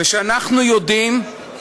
וכשאנחנו יודעים